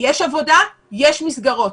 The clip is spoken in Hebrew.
יש עבודה, יש מסגרות.